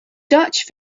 dutch